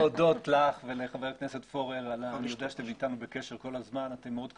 אתנו בקשר כל הזמן ואתם מאוד קשובים.